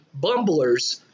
bumblers